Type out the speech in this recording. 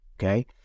Okay